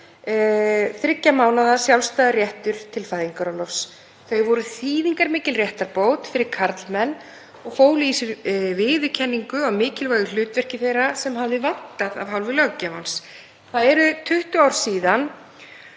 þriggja mánaða sjálfstæður réttur til fæðingarorlofs. Lögin voru þýðingarmikil réttarbót fyrir karlmenn og fólu í sér viðurkenningu á mikilvægu hlutverki þeirra sem hafði vantað af hálfu löggjafans. Það eru 20 ár síðan